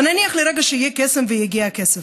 ונניח לרגע שיהיה קסם ויגיע הכסף,